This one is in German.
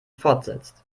fortsetzt